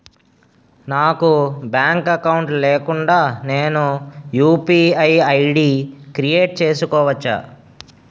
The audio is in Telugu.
నాకు బ్యాంక్ అకౌంట్ లేకుండా నేను యు.పి.ఐ ఐ.డి క్రియేట్ చేసుకోవచ్చా?